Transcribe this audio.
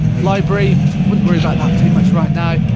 library, wouldn't worry about that too much right now.